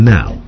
Now